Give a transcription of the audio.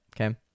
okay